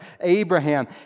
Abraham